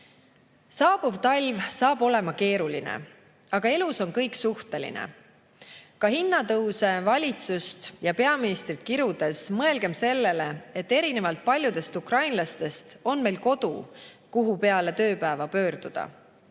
Saabuv talv tuleb keeruline, aga elus on kõik suhteline. Ka hinnatõuse, valitsust ja peaministrit kirudes mõelgem sellele, et erinevalt paljudest ukrainlastest on meil kodu, kuhu peale tööpäeva pöörduda,